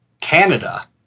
Canada